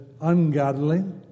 ungodly